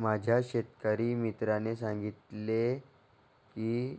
माझ्या शेतकरी मित्राने सांगितले की,